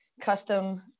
custom